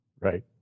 Right